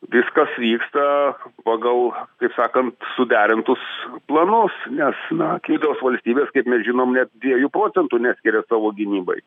viskas vyksta pagal taip sakant suderintus planus nes na kitos valstybės kaip mes žinom net dviejų procentų neskiria savo gynybai